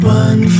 one